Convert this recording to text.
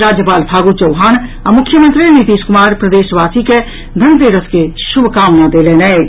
राज्यपाल फागू चौहान आ मुख्यमंत्री नीतीश कुमार प्रदेशवासी के धनतेरस के शुभकामना देलनि अछि